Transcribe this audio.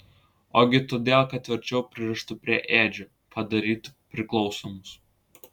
ogi todėl kad tvirčiau pririštų prie ėdžių padarytų priklausomus